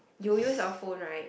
you use your phone right